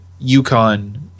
UConn